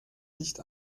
nicht